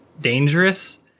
dangerous